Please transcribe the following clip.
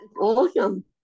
Awesome